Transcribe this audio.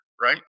Right